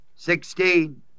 Sixteen